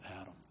Adam